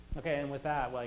okay and with that, like